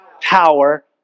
power